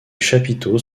chapiteaux